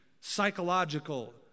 psychological